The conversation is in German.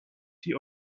die